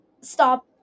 stop